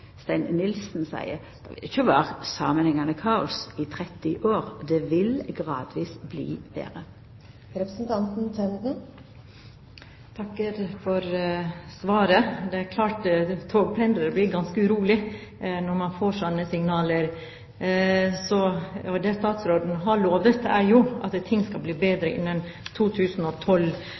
Stein Nilsen seier, understreka at det ikkje vil vera samanhengjande kaos i 30 år. Det vil gradvis bli betre. Jeg takker for svaret. Det er klart at togpendlere blir ganske urolige når de får slike signaler. Det statsråden har lovet, er jo at ting skal bli bedre innen 2012.